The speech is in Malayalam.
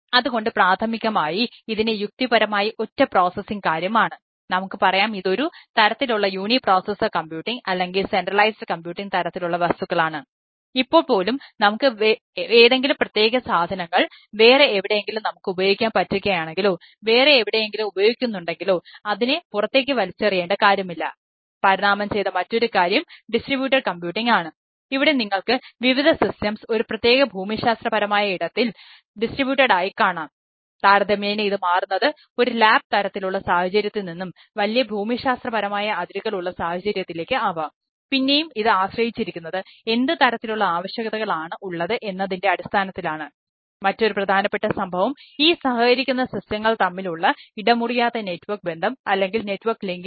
അതുകൊണ്ട് പ്രാഥമികമായി ഇതിനെ യുക്തിപരമായി ഒറ്റ പ്രോസസിങ് ലഭ്യത ആണ്